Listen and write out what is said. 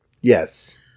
Yes